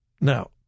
Now